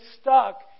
stuck